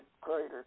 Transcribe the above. Crater